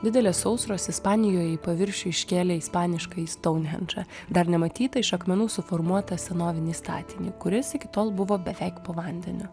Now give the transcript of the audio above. didelės sausros ispanijoj į paviršių iškėlė ispaniškąjį stounhendžą dar nematytą iš akmenų suformuotą senovinį statinį kuris iki tol buvo beveik po vandeniu